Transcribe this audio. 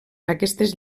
aquestes